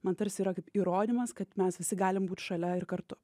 man tarsi yra kaip įrodymas kad mes visi galim būti šalia ir kartu